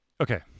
okay